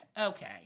okay